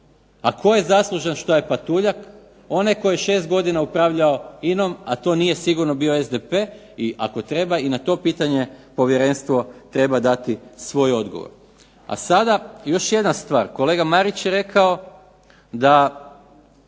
A tko je zaslužan što je patuljak? Onaj koji je 6 godina upravljao INA-om, a to nije sigurno bio SDP i ako treba i na to pitanje povjerenstvo treba dati svoj odgovor. A sada još jedna stvar, kolega Marić je rekao da